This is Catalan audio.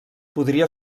podria